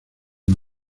uno